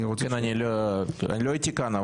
אני לא הייתי כאן,